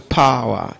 power